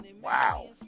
Wow